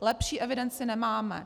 Lepší evidenci nemáme.